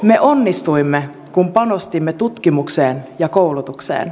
me onnistuimme kun panostimme tutkimukseen ja koulutukseen